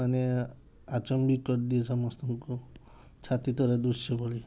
ମାନେ ଆଚମ୍ବିତ କରି ଦିଏ ସମସ୍ତଙ୍କୁ ଛାତି ତଳେ ଦୃଶ୍ୟ ଭଳି